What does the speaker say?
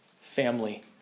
family